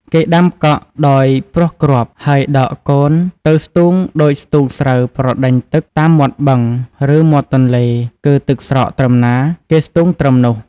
គេដាំកក់ដោយព្រោះគ្រាប់ ហើយដកកូនទៅ ស្ទូង ដូចស្ទូងស្រូវប្រដេញទឹកតាមមាត់បឹង ឬមាត់ទន្លេ គឺទឹកស្រកត្រឹមណា គេស្ទូងត្រឹមនោះ ។